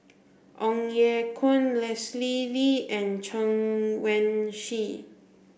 Ong Ye Kung Leslie Kee and Chen Wen Hsi